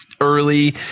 early